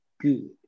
Good